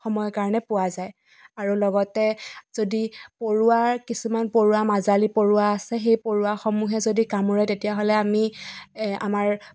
সময়ৰ কাৰণে পোৱা যায় আৰু লগতে যদি পৰুৱাৰ কিছুমান পৰুৱা মাজালী পৰুৱা আছে সেই পৰুৱা সমূহে যদি কামোৰে তেতিয়াহ'লে আমি আমাৰ